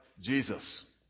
Jesus